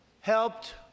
helped